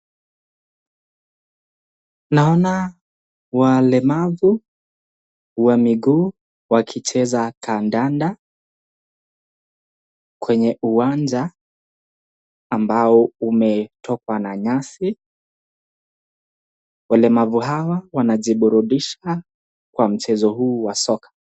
Naona walemavu wa miguu wakicheza kandanda kwenye uwanja ambao umetokwa na nyasi. Walemavu hawa wanajiburudisha kwa mchezo huu wa soka.